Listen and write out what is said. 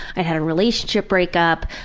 i had a relationship breakup,